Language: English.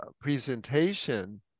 presentation